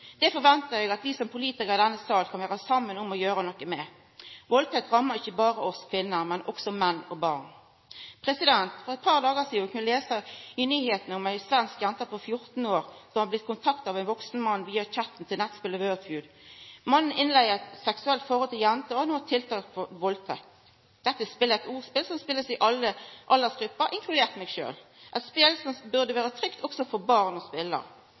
Det forventar eg at vi som politikarar i denne salen kan vera saman om å gjera noko med. Valdtekt rammar ikkje berre oss kvinner, men også menn og barn. For eit par dagar sidan kunne vi lesa i nyheitene om ei svensk jente på 14 år som hadde blitt kontakta av ein vaksen mann via chatten til nettspelet Wordfeud. Mannen innleidde eit seksuelt forhold til jenta, og er no tiltalt for valdtekt. Dette spelet er eit ordspel som blir spelt i alle aldersgrupper, inkludert meg sjølv. Dette er eit spel som burde vera trygt å spela også for barn.